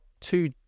two